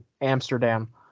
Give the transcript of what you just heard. Amsterdam